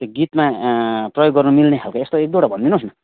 त्यो गीतमा प्रयोग गर्न मिल्नेखालको यस्तो एक दुईवटा भनिदिनुहोस् न